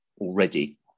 already